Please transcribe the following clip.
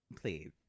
please